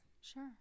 Sure